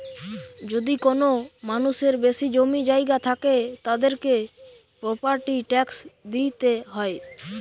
যদি কোনো মানুষের বেশি জমি জায়গা থাকে, তাদেরকে প্রপার্টি ট্যাক্স দিইতে হয়